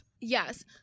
Yes